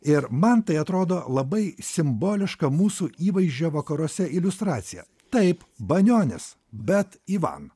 ir man tai atrodo labai simboliška mūsų įvaizdžio vakaruose iliustracija taip banionis bet ivan